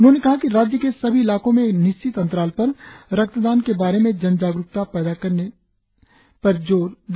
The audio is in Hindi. उन्होंने कहा कि राज्य के सभी इलाकों में एक निश्चित अंतराल पर रक्तदान के बारे में जन जागरुकता पैदा करने पर जोर दिया